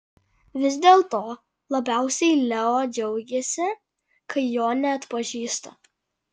vis dėlto labiausiai leo džiaugiasi kai jo neatpažįsta